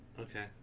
Okay